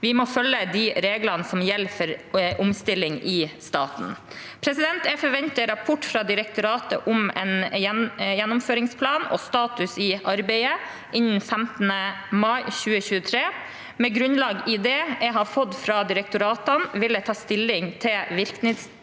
Vi må følge de reglene som gjelder for omstilling i staten. Jeg forventer rapport fra direktoratene om en gjennomføringsplan og status i arbeidet innen 15. mai 2023. Med grunnlag i det jeg da har fått fra direktoratene, vil jeg ta stilling til virkningstidspunktet